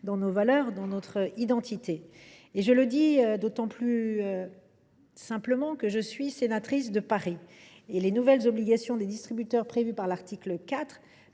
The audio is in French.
dans nos valeurs, dans notre identité. Je le dis d’autant plus simplement que je suis sénatrice de Paris ! Ainsi, les nouvelles obligations des distributeurs prévues à l’article 4